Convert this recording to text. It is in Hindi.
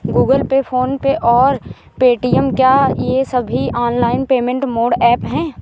गूगल पे फोन पे और पेटीएम क्या ये सभी ऑनलाइन पेमेंट मोड ऐप हैं?